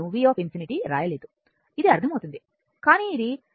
నేను v∞ వ్రాయలేదు ఇది అర్ధమవుతుంది కానీ ఇది 2